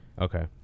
Okay